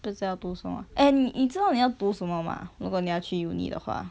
不知道要读什么 eh 你知道你要读什么吗如果你要去 uni 的话